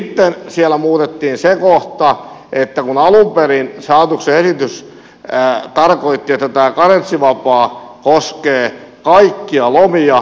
sitten siellä muutettiin se kohta kun alun perin se hallituksen esitys tarkoitti että tämä karenssivapaa koskee kaikkia lomia